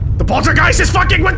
the poltergeist is fucking with